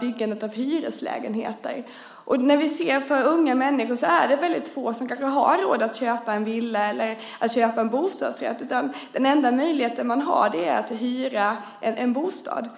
byggandet av hyreslägenheter. Väldigt få unga människor har råd att köpa en villa eller en bostadsrätt. Den enda möjlighet man har är att hyra en bostad.